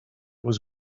was